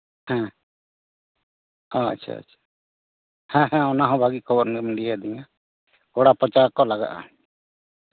ᱦᱮᱸ ᱟᱪᱪᱷᱟ ᱟᱪᱪᱷᱟ ᱦᱮᱸ ᱦᱮᱸ ᱚᱱᱟ ᱦᱚᱸ ᱵᱷᱟᱹᱜᱮ ᱠᱷᱚᱵᱚᱨ ᱜᱮᱢ ᱞᱟᱹᱭ ᱟᱹᱫᱤᱧᱟ ᱛᱷᱚᱲᱟ ᱯᱟᱪᱟᱨ ᱛᱚ ᱞᱟᱜᱟᱜᱼᱟ